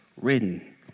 written